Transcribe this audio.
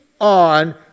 on